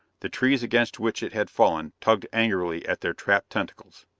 the trees against which it had fallen tugged angrily at their trapped tentacles.